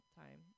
time